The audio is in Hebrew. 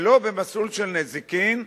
ולא במסלול של נזיקין,